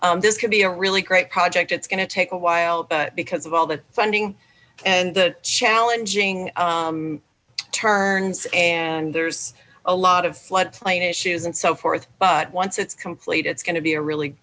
this could be a really great project it's going to take a while but because of all the funding and the challenging turns and there's a lot of floodplain issues and so forth but once it's complete it's going to be a really